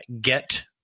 get